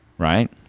Right